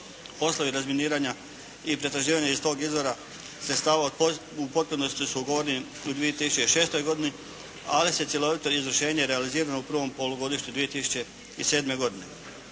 poslovi razminiranja i pretraživanja iz tog izvora sredstava u potpunosti su ugovoreni u 2006. godini. Ali se cjelovito izvršenje realizirano u prvom polugodištu 2007. godine.